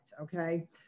Okay